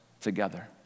together